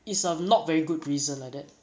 is a not very good reason like that